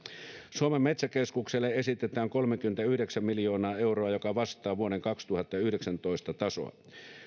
suomen metsäkeskukselle esitetään kolmekymmentäyhdeksän miljoonaa euroa joka vastaa vuoden kaksituhattayhdeksäntoista tasoa